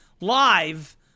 live